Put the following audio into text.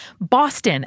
Boston